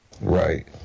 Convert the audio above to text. Right